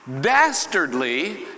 dastardly